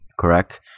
Correct